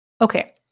okay